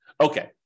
Okay